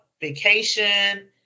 vacation